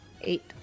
Eight